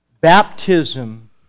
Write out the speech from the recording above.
Baptism